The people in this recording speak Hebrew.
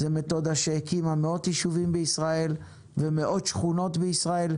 זו מתודה שהקימה מאות יישובים בישראל ומאות שכונות בישראל,